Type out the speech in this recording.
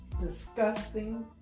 disgusting